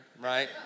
right